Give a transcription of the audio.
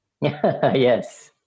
Yes